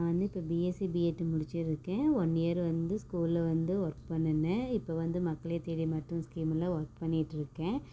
நான் வந்து இப்போ பிஎஸ்சி பிஏட் முடிச்சிருக்கேன் ஒன் இயர் வந்து ஸ்கூல்ல வந்து ஒர்க் பண்ணினேன் இப்போ வந்து மக்களை தேடிய மருத்துவம் ஸ்கீம்முல்ல ஒர்க் பண்ணிகிட்ருக்கேன்